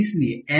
इसलिए N